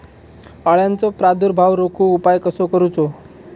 अळ्यांचो प्रादुर्भाव रोखुक उपाय कसो करूचो?